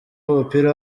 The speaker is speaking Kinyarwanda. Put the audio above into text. w’umupira